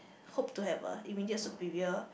hope to have a immediate superior